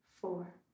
four